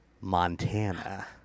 Montana